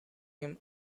him